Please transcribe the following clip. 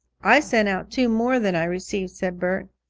i sent out two more than i received, said bert.